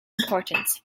importance